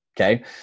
Okay